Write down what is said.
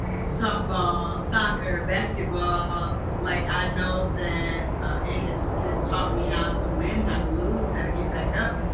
softball, soccer, basketball, like i know that it it has taught me how to win, how to lose, how to get back up,